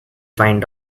find